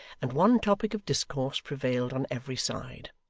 and one topic of discourse prevailed on every side.